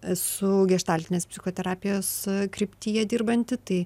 esu geštaltinės psichoterapijos kryptyje dirbanti tai